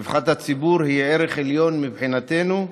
רווחת הציבור היא ערך עליון מבחינתנו.